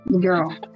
girl